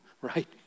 right